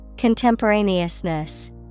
Contemporaneousness